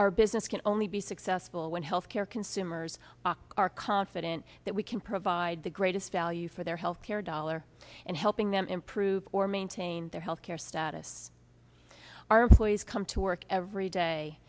our business can only be successful when health care consumers are confident that we can provide the greatest value for their health care dollar and helping them improve or maintain their health care status our employees come to work every day